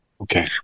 Okay